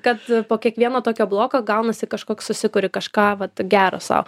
kad po kiekvieno tokio bloko gaunasi kažkoks susikuri kažką vat gero sau